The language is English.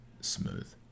smooth